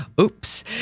Oops